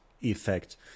effect